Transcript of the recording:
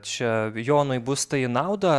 čia jonui bus tai į naudą